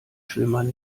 schwimmern